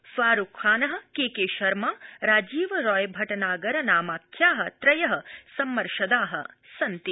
Farooq Khan K K Sharma Rajiv Roy Bhatnagar नामाख्या त्रय सम्मर्शदा सन्ति